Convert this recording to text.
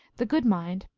the good mind,